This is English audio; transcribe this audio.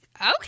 okay